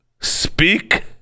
speak